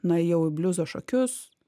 nuėjau į bliuzo šokius